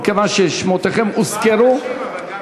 מכיוון ששמותיכן הוזכרו.